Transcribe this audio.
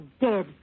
dead